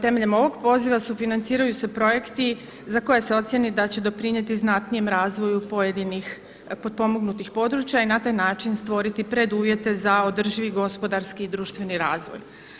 Temeljem ovog poziva sufinanciraju se projekti za koje se ocijeni da će doprinijeti znatnijem razvoju pojedinih, potpomognutih područja i na taj način stvoriti preduvjete za održivi gospodarski i društveni razvoj.